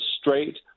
straight